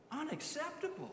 unacceptable